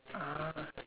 ah